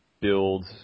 build